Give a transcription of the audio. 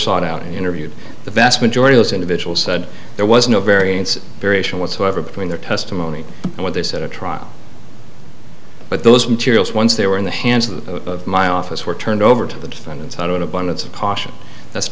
sought out and interviewed the vast majority of those individuals said there was no variance variation whatsoever between their testimony and what they said a trial but those materials once they were in the hands of my office were turned over to the defendants not in abundance of caution that's